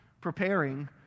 preparing